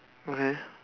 okay